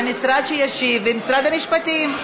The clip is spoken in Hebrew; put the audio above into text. שהמשרד שישיב זה משרד המשפטים,